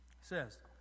says